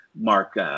Mark –